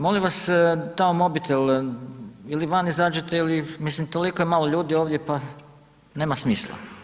Molim vas, tamo mobitel ili van izađite ili, mislim toliko je malo ljudi ovdje pa nema smisla.